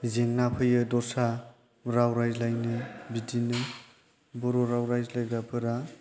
जेंना फैयो दस्रा राव रायज्लायनो बिदिनो बर' राव रायज्लायग्राफोरा